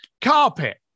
carpet